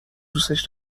دوسش